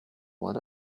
what